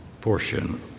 portion